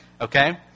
Okay